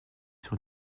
sur